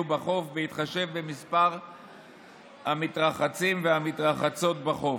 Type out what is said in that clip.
בחוף בהתחשב במספר המתרחצים והמתרחצות בחוף.